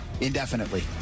indefinitely